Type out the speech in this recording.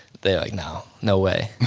they're like no. no way.